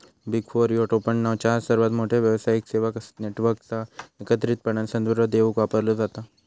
big four ह्यो टोपणनाव चार सर्वात मोठ्यो व्यावसायिक सेवा नेटवर्कचो एकत्रितपणान संदर्भ देवूक वापरलो जाता